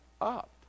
up